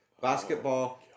Basketball